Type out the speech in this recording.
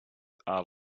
are